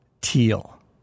teal